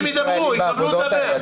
אין ישראלים בעבודות האלה,